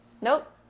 Nope